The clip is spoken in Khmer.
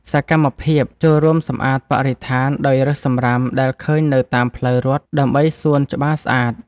សកម្មភាពចូលរួមសម្អាតបរិស្ថានដោយរើសសម្រាមដែលឃើញនៅតាមផ្លូវរត់ ដើម្បីសួនច្បារស្អាត។